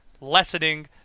lessening